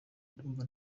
ndumva